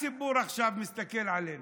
הציבור עכשיו מסתכל עלינו,